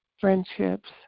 friendships